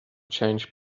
change